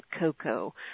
cocoa